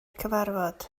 cyfarfod